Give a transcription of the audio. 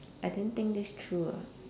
I didn't think this through ah